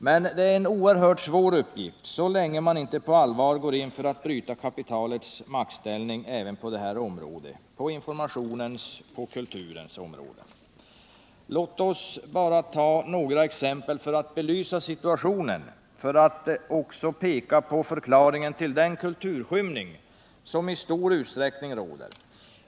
Men det är en oerhört svår uppgift så länge man inte på allvar går in för att bryta kapitalets maktställning även på detta område, informationens och kultu Låt mig bara ta några exempel för att belysa situationen och därmed peka på förklaringen till den kulturskymning som i stor utsträckning råder.